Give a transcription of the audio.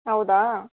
ಹೌದಾ